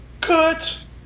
Cut